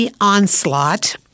Onslaught